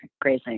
grazing